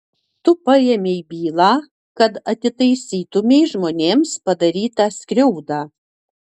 tu paėmei bylą kad atitaisytumei žmonėms padarytą skriaudą